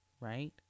right